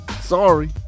Sorry